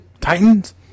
titans